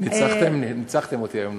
ניצחתם, ניצחתם אותי היום.